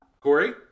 Corey